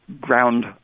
ground